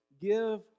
give